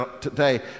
today